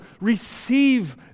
Receive